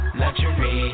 luxury